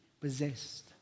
possessed